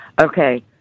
okay